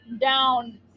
down